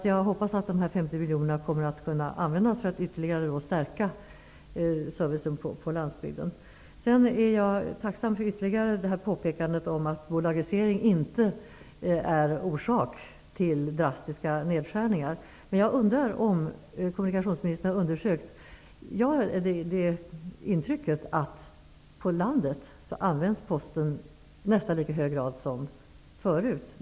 Jag hoppas att dessa 50 miljoner kommer att kunna användas för att ytterligare stärka servicen på landsbygden. Jag är tacksam för det ytterligare påpekandet att bolagiseringen inte är orsak till drastiska nedskärningar. Jag undrar om kommunikationsministern har undersökt en sak. Jag har det intrycket att Posten på landet används i nästan lika hög grad som förut.